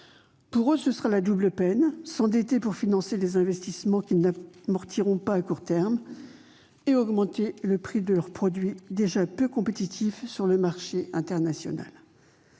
derniers, ce sera la double peine : ils devront s'endetter pour financer des investissements qu'ils n'amortiront pas à court terme et augmenter le prix de leurs produits, déjà peu compétitifs sur le marché international.